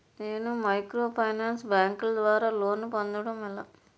నేను మైక్రోఫైనాన్స్ బ్యాంకుల ద్వారా లోన్ పొందడం ఎలా?